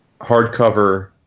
hardcover